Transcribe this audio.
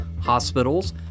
hospitals